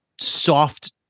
soft